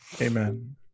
amen